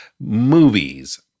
movies